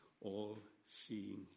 all-seeing